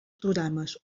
programes